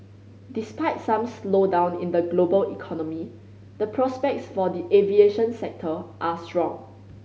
despite some slowdown in the global economy the prospects for the aviation sector are strong